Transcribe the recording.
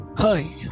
Hi